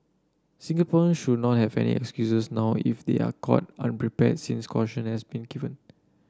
Singaporean should not have any excuses now if they are caught unprepared since caution has been given